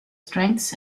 strengths